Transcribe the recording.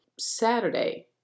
Saturday